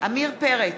עמיר פרץ,